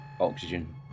oxygen